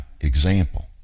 example